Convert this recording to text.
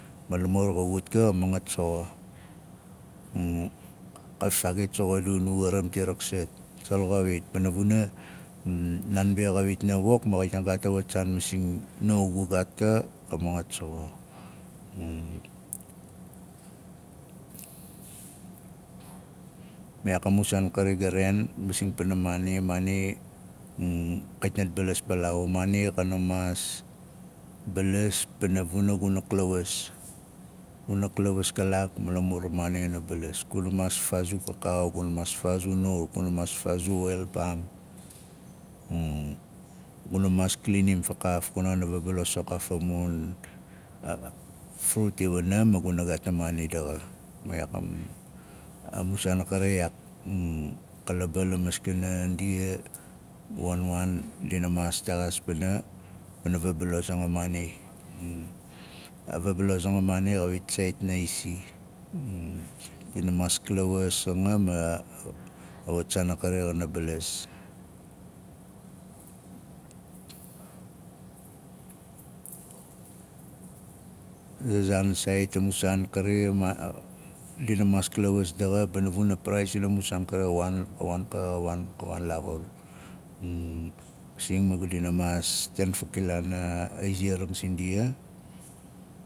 Ma lamur xa wut ka xa mangat soxo kat faagit soxo a du nuwa a ramti raksat tsol xawit pana vuna na be xawit na wok ma xawit na gaat a waf saan nuwa gu gaat ka maxa mangat soxo ma iyaak a mun saar kari ga raaen masing pana maana a maana kait nat balas palaau a maana xana maas balas pana vuna guna klawas guna klawas kalaak ma lamur a maana xana balas. Guna maas faazu kakaau guna maas faazu nur guna maas gaazu oil paam guna maas klinim fakaaf kuna xana vabalos fakaaf a mun a- a frut iwana ma guna gaat a maana daxa ma iyaak a mun saan a kari iyaak ka laba la maskana ndia waan waan ndina maas texaas pana pana vabalos aanga maana a vabalos aang a maana xawit saait guna maas klawas anga ma a wat saan a kar xana balas. A za zaan saait a mu saan kari maa- ka dina maas klawas pana vuna a praais iwana m san kari xa waan wa- waan waan ka waan a waan laaxur masing ma gat dina mas tein fakilaan a iziaring zindia